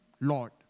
Lord